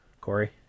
Corey